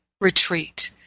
retreat